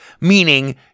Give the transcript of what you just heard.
meaning